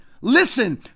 Listen